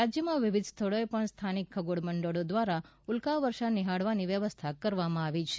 રાજ્યમાં વિવિધ સ્થળોએ પણ સ્થાનિક ખગોળ મંડળો દ્વારા ઉલ્કા વર્ષા નિહાળવા વ્યવસ્થા કરવામાં આવી છે